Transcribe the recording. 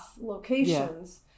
locations